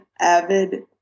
avid